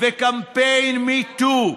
וקמפיין MeToo.